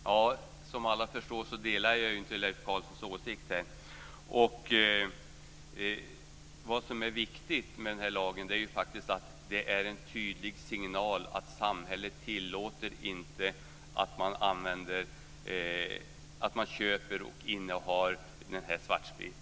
Herr talman! Som alla förstår delar jag inte Leif Carlsons åsikter. Vad som är viktigt med lagen är att den är en tydlig signal att samhället inte tillåter att man köper och innehar svartsprit.